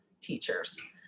teachers